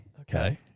Okay